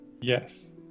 Yes